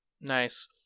Nice